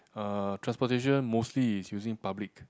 uh transportation mostly is using public